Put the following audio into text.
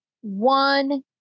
one